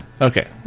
Okay